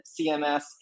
CMS